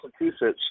Massachusetts